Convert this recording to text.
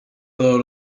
todos